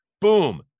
Boom